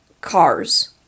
cars